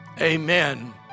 amen